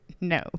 No